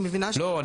לא,